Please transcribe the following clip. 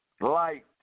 Light